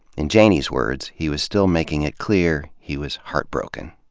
in janey's words, he was still making it clear he was heartbroken.